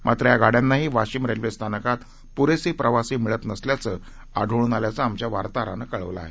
मात्र या गाड्यांनाही वाशिम रेल्वे स्थानकात पुरेसे प्रवासी मिळत नसल्याचं आढळून आल्याचं आमच्या वार्ताहरानं कळवलं आहे